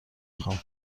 خوام